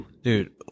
Dude